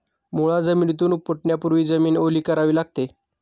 मुळा जमिनीतून उपटण्यापूर्वी जमीन ओली करावी लागते